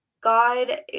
God